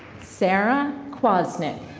sarah quazneck.